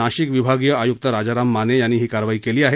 नाशिक विभागीय आयुक राजाराम माने यांनी ही कारवाई केली आहे